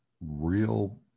real